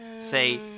say